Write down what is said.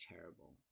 terrible